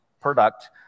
product